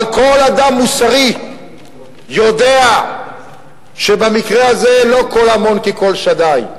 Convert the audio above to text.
אבל כל אדם מוסרי יודע שבמקרה הזה לא קול המון כקול שדי.